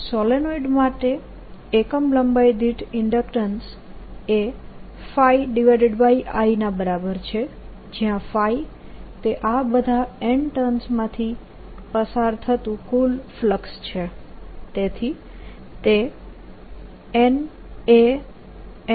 solenoid માટે એકમ લંબાઈ દીઠ ઇન્ડક્ટન્સ એ I ના બરાબર છે જયાં એ આ બધા n ટર્ન્સ માંથી પસાર થતું કુલ ફ્લક્સ છે તેથી તે n